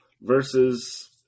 versus